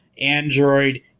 Android